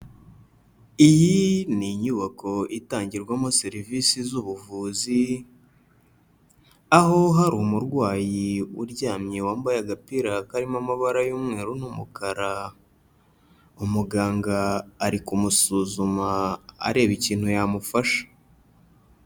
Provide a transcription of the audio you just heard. Iyi ni inyubako itangirwamo serivisi z'ubuvuzi, aho hari umurwayi uryamye wambaye agapira karimo amabara y'umweru n'umukara, umuganga ari kumusuzuma areba ikintu yamufasha.